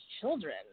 children